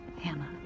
Hannah